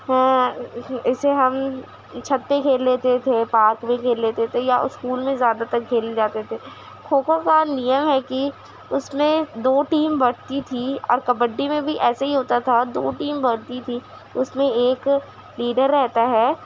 ہاں اسے ہم چھت پہ کھیل لیتے تھے پارک میں کھیل لیتے تھے یا اسکول میں زیادہ تر کھیلنے جاتے تھے کھوکھو کا نِیم ہے کہ اس میں دو ٹیم بٹتی تھی اور کبڈی میں بھی ایسے ہی ہوتا تھا دو ٹیم بٹتی تھی اس میں ایک لیڈر رہتا ہے